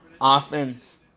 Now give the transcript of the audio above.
offense